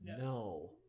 No